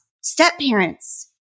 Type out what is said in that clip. step-parents